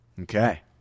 Okay